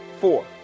four